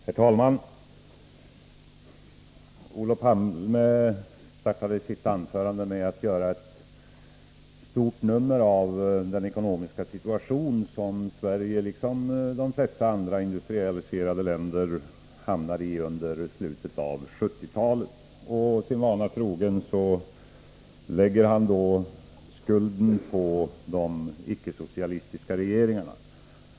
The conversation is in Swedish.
Herr talman! Olof Palme började sitt anförande med att göra ett stort nummer av den ekonomiska situation som Sverige liksom de flesta andra industrialiserade länder hamnade i under slutet av 1970-talet. Sin vana trogen lägger han skulden på de icke-socialistiska regeringarna.